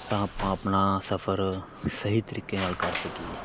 ਤਾਂ ਆਪਾਂ ਆਪਣਾ ਸਫ਼ਰ ਸਹੀ ਤਰੀਕੇ ਨਾਲ ਕਰ ਸਕੀਏ